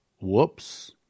Whoops